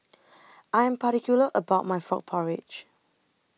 I Am particular about My Frog Porridge